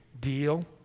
deal